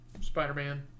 Spider-Man